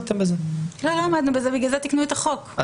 האוכלוסין זה משול לכך שאתם אומרים שאין דרך לקדם את הצעת החוק הזאת.